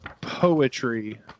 poetry